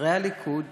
לשרי הליכוד